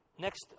Next